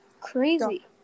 crazy